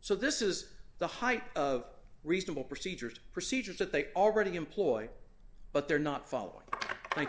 so this is the height of reasonable procedures procedures that they already employ but they're not following thank